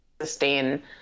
sustain